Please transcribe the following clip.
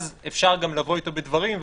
אפשר לבוא אתו בדברים,